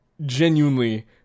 genuinely